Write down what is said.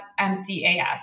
MCAS